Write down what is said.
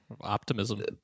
optimism